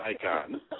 icon